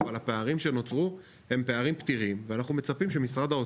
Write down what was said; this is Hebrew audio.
אבל הפערים שנוצרו הם פערים פתירים ואנחנו מצפים שמשרד האוצר,